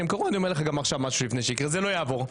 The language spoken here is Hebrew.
שגרר אתכם לזה כדי לא לעבוד בוועדות.